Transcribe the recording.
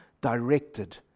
directed